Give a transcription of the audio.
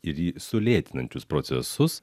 ir jį sulėtinančius procesus